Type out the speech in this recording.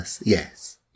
Yes